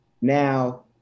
Now